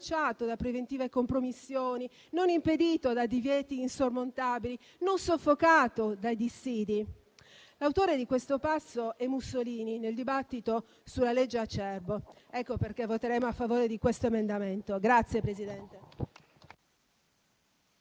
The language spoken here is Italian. da preventive compromissioni, non impedito da divieti insormontabili, non soffocato da dissidi». L'autore di questo passo è Mussolini, nel dibattito sulla legge Acerbo: ecco perché voteremo a favore di questo emendamento.